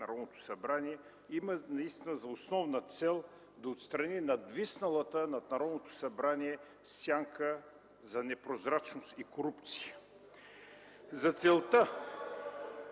Народното събрание, има наистина за основна цел да отстрани надвисналата над Народното събрание сянка за непрозрачност и корупция. (Шум